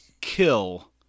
kill